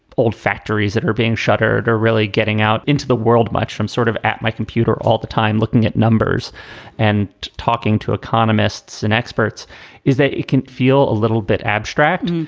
old factories that are being shuttered or really getting out into the world much. i'm sort of at my computer all the time looking at numbers and talking to economists and experts is that it can feel a little bit abstract.